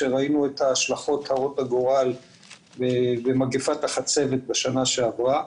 כשראינו את ההשלכות הרות הגורל במגפת החצבת בשנה שעברה.